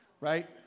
Right